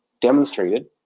demonstrated